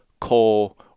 coal